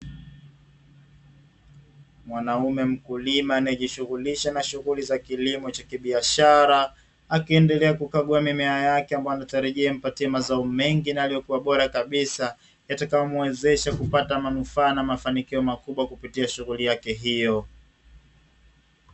Mwanaume mkulima anayejishughulisha na shughuli za kilimo cha kibiashara, akiendelea kukagua mimea yake ambayo anatarajia impatie mazao mengi na yaliyokuwa bora kabisa yatakayomwezesha kupata manufaa na mafanikio makubwa kupitia shughuli yake hiyo.